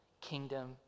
kingdom